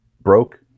broke